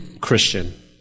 Christian